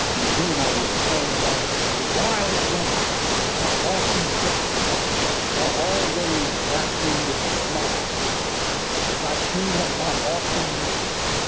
and when i return home from the ah wild rumpus of my awesome fest, i'll always vacuum with a smile as i clean up my awesomeness.